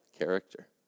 Character